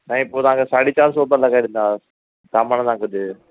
साईं पोइ तव्हां खे साढी चारि सौ रुपिया लॻाए ॾींदा सामान सां गॾु